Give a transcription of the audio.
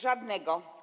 Żadnego.